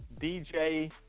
DJ